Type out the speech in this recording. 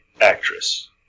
actress